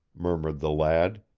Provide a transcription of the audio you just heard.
murmured the lad,